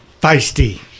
Feisty